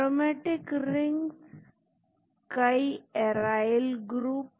aromatic rings कई aryl group